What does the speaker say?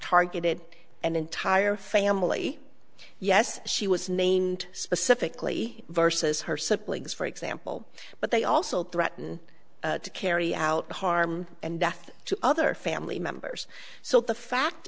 targeted an entire family yes she was named specifically versus her siblings for example but they also threaten to carry out harm and death to other family members so the fact